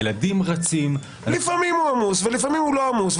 ילדים רצים --- לפעמים הוא עמוס ולפעמים הוא לא עמוס.